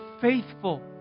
faithful